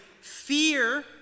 fear